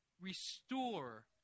restore